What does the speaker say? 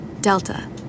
Delta